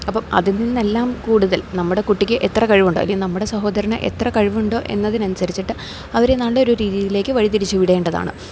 അപ്പോള് അതിൽ നിന്നെല്ലാം കൂടുതൽ നമ്മുടെ കുട്ടിക്ക് എത്ര കഴിവുണ്ടോ അല്ലെങ്കിൽ നമ്മുടെ സഹോദരന് എത്ര കഴിവുണ്ടോ എന്നതിനുസരിച്ചിട്ട് അവരെ നാല്ലൊരു രീതിയിലേക്കു വഴിതിരിച്ചു വിടേണ്ടതാണ്